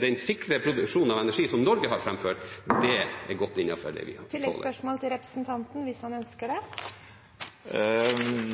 den sikre produksjonen av energi som Norge har framført, er godt innenfor det vi har Tilleggsspørsmål til representanten Hansson, hvis han ønsker det?